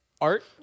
art